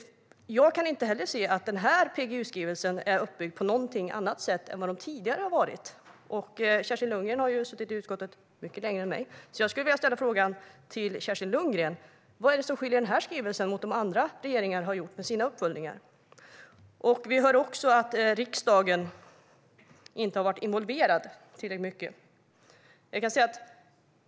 Jag kan inte heller se att den här PGU-skrivelsen är uppbyggd på något annat sätt än de tidigare. Kerstin Lundgren har ju suttit i utskottet mycket längre än jag, så jag skulle vilja fråga Kerstin Lundgren: Vad är det som skiljer denna skrivelse från dem som andra regeringar har gjort i samband med sina uppföljningar? Vi hör också att riksdagen inte har varit tillräckligt involverad.